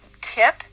tip